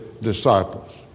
disciples